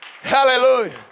Hallelujah